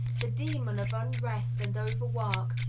the demon of unrest and overwork,